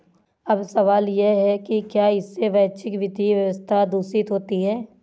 अब सवाल यह है कि क्या इससे वैश्विक वित्तीय व्यवस्था दूषित होती है